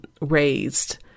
raised